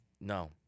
No